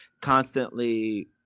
constantly